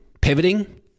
pivoting